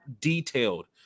detailed